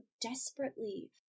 desperately